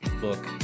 book